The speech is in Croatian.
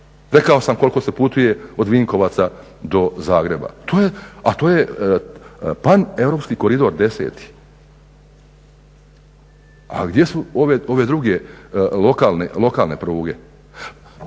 rekao sam koliko se putuje od Vinkovaca do Zagreba, a to je Paneuropski koridor 10, a gdje su ove druge lokalne pruge.